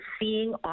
seeing